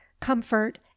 comfort